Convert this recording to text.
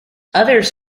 others